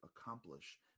accomplish